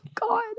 God